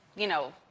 you know,